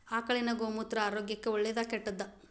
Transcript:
ಆಕಳಿನ ಗೋಮೂತ್ರ ಆರೋಗ್ಯಕ್ಕ ಒಳ್ಳೆದಾ ಕೆಟ್ಟದಾ?